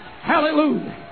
hallelujah